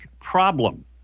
problem